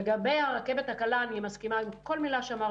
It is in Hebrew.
לגבי הרכבת הקלה אני מסכימה עם כל מילה שאמר